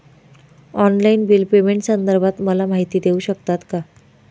Online bill पेमेंटसंदर्भात मला माहिती देऊ शकतात का?